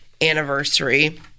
anniversary